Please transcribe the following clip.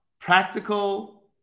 practical